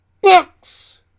Books